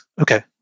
okay